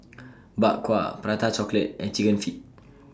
Bak Kwa Prata Chocolate and Chicken Feet